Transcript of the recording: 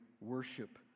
worship